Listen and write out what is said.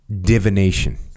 divination